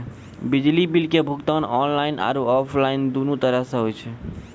बिजली बिल के भुगतान आनलाइन आरु आफलाइन दुनू तरहो से होय छै